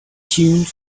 tuned